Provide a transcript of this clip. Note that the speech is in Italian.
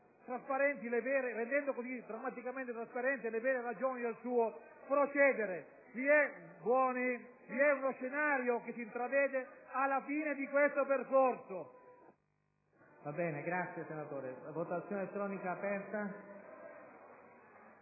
discussione, rendendo drammaticamente trasparenti le vere ragioni del suo procedere. Vi è uno scenario che si intravede, alla fine di questo percorso.